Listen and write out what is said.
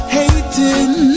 hating